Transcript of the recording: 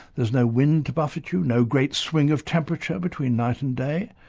there's no wind to buffet you, no great swing of temperature between night and day,